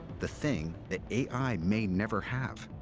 the thing that a i. may never have.